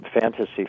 Fantasy